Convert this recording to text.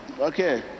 Okay